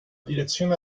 direzione